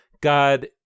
God